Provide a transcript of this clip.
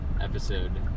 episode